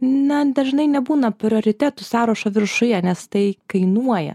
na dažnai nebūna prioritetų sąrašo viršuje nes tai kainuoja